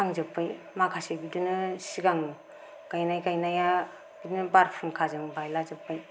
थांजोब्बाय माखासे बिदिनो सिगां गायनाय गायनायआ बिदिनो बारहुंखाजों बायला जोब्बाय